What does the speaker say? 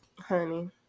honey